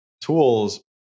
tools